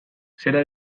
zera